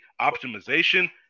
optimization